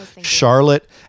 Charlotte